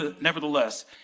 Nevertheless